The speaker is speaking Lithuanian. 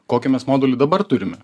kokį mes modulį dabar turime